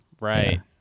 Right